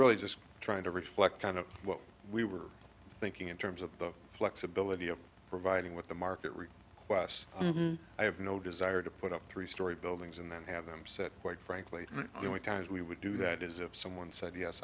really just trying to reflect kind of what we were thinking in terms of the flexibility of providing what the market really ques i have no desire to put up three storey buildings and then have them set quite frankly there were times we would do that is if someone said yes